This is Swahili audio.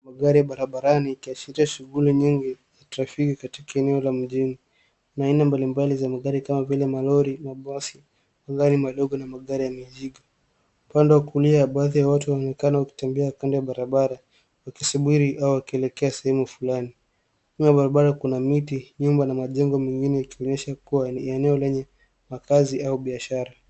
Magari ya barabarani, ikiashiria shughuli nyingi ya trafiki katika eneo la mjini. Kuna aina mbalimbali za magari kama vile malori, mabasi, magari madogo na magari ya mizigo. Upande wa kulia ,baadhi ya watu wameonekana wakitembea kando ya barabara, wakisubiri au wakielekea sehemu. Nyuma ya barabara kuna miti, nyumba na majengo mengine ikionyesha kuwa ni eneo lenye makazi au biashara.